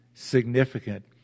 Significant